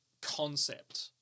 concept